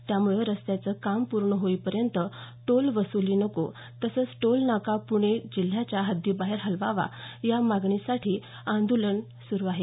त्यामुळे रस्त्याचं काम पूर्ण होईपर्यंत टोल वसुली नको तसंच टोल नाका पूर्णे जिल्ह्याच्या हद्दीबाहेर हलवावा या मागणीसाठी आंदोलन सुरु आहे